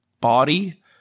body